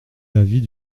l’avis